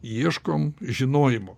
ieškom žinojimo